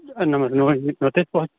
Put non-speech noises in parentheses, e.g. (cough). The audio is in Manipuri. ꯅꯣꯏ (unintelligible)